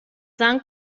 s’han